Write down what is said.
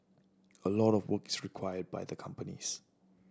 a lot of work is required by the companies